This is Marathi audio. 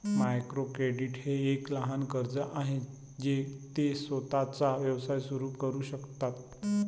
मायक्रो क्रेडिट हे एक लहान कर्ज आहे जे ते स्वतःचा व्यवसाय सुरू करू शकतात